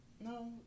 No